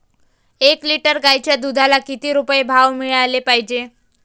एक लिटर गाईच्या दुधाला किती रुपये भाव मिळायले पाहिजे?